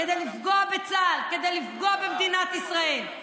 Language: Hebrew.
כדי לפגוע בצה"ל, כדי לפגוע במדינת ישראל.